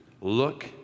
look